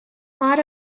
hot